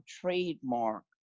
trademark